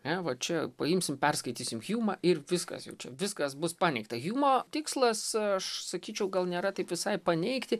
ne va čia paimsim perskaitysim hjumą ir viskas jau čia viskas bus paneigta hjumo tikslas aš sakyčiau gal nėra taip visai paneigti